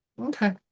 okay